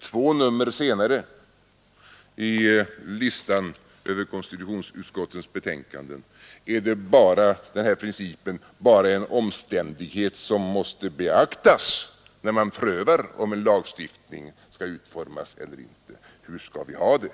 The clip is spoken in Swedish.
Två nummer senare i listan över konstitutionsutskottets betänkanden är denna princip bara en omständighet som måste beaktas när man prövar om en lagstiftning skall utformas eller inte. Hur skall vi ha det?